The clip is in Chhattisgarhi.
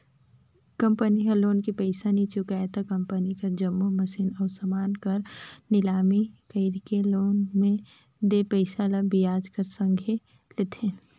कंपनी ह लोन के पइसा नी चुकाय त कंपनी कर जम्मो मसीन अउ समान मन कर लिलामी कइरके लोन में देय पइसा ल बियाज कर संघे लेथे